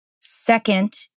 Second